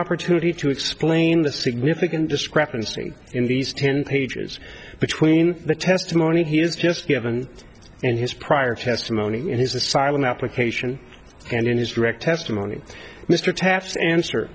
opportunity to explain the significant discrepancy in these ten pages between the testimony he has just given and his prior testimony in his asylum application and in his direct testimony mr taft answer